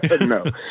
No